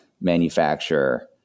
manufacturer